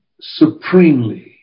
supremely